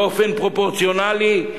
באופן פרופורציונלי,